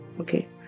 Okay